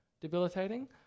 debilitating